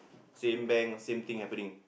same bank same thing happening